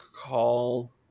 call